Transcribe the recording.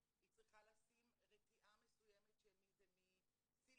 היא צריכה לשים רתיעה מסוימת מסיליקון